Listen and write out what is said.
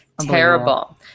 Terrible